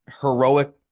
heroic